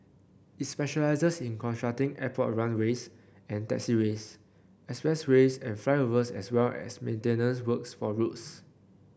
it specialises in constructing airport runways and taxiways express ways and flyovers as well as maintenance works for roads